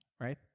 right